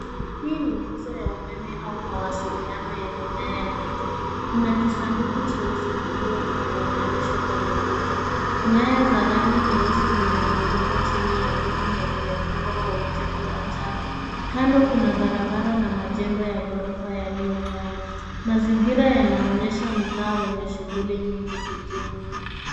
Hii ni nguzo ya umeme au mawasiliano yenye nyaya nyingi. Kuna kisanduku cheusi kikiwa kimeunganishwa kwenye nguzo . Nyaya za rangi nyeusi zimezungukwa chini ya nguzo na zimefunikwa kwa utepe wa njano. Kando kuna barabara na majengo ya ghorofa yaliyo mbali. Mazingira yanaonyesha mtaa wenye shughuli nyingi jijini.